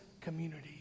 community